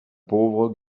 pauvre